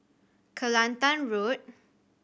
Kelantan Road